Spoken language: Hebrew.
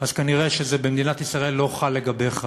אז כנראה זה לא חל לגביך